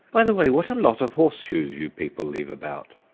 by the way, what a lot of horseshoes you people leave about.